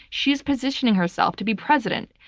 she is positioning herself to be president.